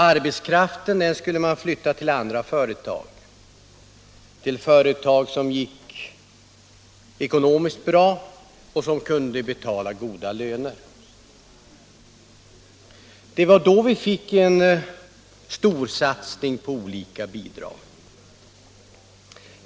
Arbetskraften skulle flyttas till andra företag som ekonomiskt gick bra och som kunde betala goda löner. Det var då vi fick en storsatsning på olika bidrag.